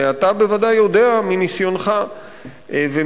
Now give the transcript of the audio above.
ואתה בוודאי יודע מניסיונך ומהידע